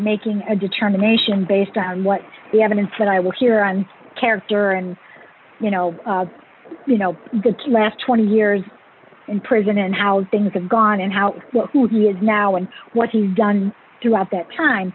making a determination based on what the evidence that i will hear on character and you know you know the last twenty years in prison and how things have gone and how he is now and what he's done throughout that time